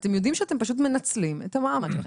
אתם יודעים שאתם פשוט מנצלים את המעמד שלכם,